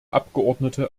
abgeordnete